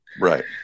right